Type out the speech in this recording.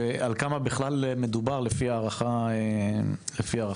ועל כמה מדובר לפי הערכה שלכם,